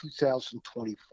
2024